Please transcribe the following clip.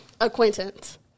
Acquaintance